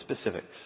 specifics